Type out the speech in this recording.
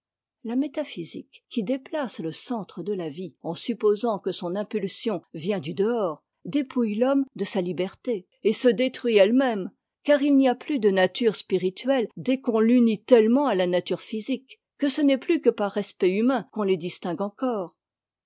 la métaphysique qui déplace le centre de la vie en supposant que son impulsion vient du dehors dépouille l'homme de sa liberté et se détruit elle-même car il n'y a plus de nature spirituelle dès qu'on l'unit tellement à la nature physique que ce n'est plus que par respect humain qu'on les distingue encore